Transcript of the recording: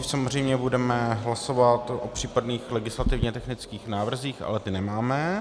Nejdřív samozřejmě budeme hlasovat o případných legislativně technických návrzích, ale ty nemáme.